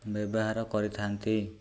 ବ୍ୟବହାର କରିଥାନ୍ତି